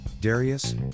Darius